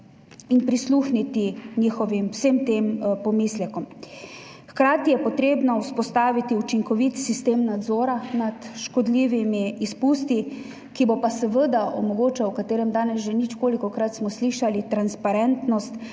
in prisluhniti vsem tem njihovim pomislekom. Hkrati je potrebno vzpostaviti učinkovit sistem nadzora nad škodljivimi izpusti, ki bo pa seveda omogočal, o čemer smo danes že ničkolikokrat slišali, transparentnost